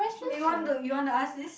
we want to you want to ask this